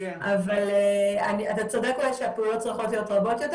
אבל אתה צודק אולי שהפעולות צריכות להיות רבות יותר